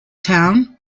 town